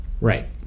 right